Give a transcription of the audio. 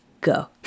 Go